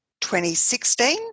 2016